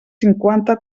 cinquanta